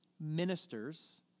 ministers